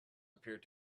appeared